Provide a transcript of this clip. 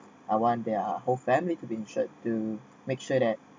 I want their whole family to insured to make sure that